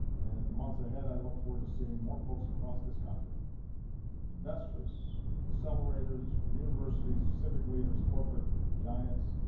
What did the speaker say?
and in the months ahead, i look forward to seeing more folks across this country investors, accelerators, universities, civic leaders, corporate giants,